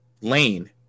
lane